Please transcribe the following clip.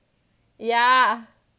ya